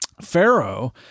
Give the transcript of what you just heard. Pharaoh